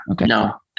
No